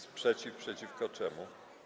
Sprzeciw przeciwko czemu?